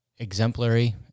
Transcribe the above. exemplary